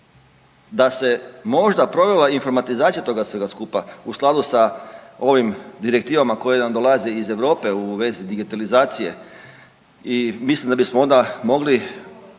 Da se možda provela informatizacija toga svega skupa u skladu sa ovim direktivama koje nam dolaze iz Europe u vezi digitalizacije i mislim da bismo onda mogli